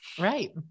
Right